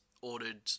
ordered